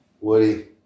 Woody